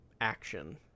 action